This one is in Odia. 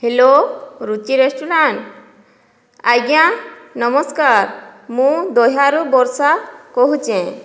ହେଲୋ ରୁଚି ରେଷ୍ଟୁରାଣ୍ଟ୍ ଆଜ୍ଞା ନମସ୍କାର୍ ମୁଁ ଦହିୟାରୁ ବର୍ଷା କହୁଚେଁ